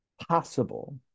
Possible